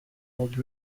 old